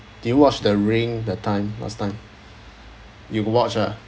did you watch the ring that time last time you watch ah